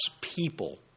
people